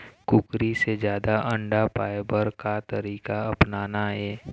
कुकरी से जादा अंडा पाय बर का तरीका अपनाना ये?